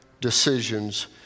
decisions